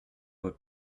would